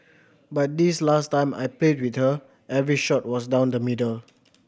but this last time I played with her every shot was down the middle